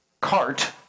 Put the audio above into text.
cart